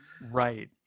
Right